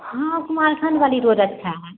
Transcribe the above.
हाँ कुमारखंड वाली रोड अच्छी है